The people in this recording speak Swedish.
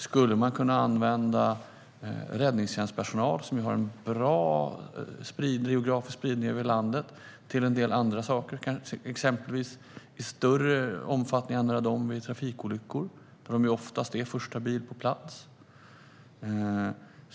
Skulle man kunna använda räddningstjänstpersonal, som har bra geografisk spridning över landet, till en del andra saker? Man kanske kan använda dem i större omfattning vid trafikolyckor till exempel. De är oftast först på plats.